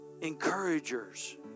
encouragers